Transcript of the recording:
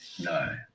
No